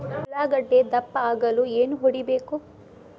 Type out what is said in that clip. ಉಳ್ಳಾಗಡ್ಡೆ ದಪ್ಪ ಆಗಲು ಏನು ಹೊಡಿಬೇಕು?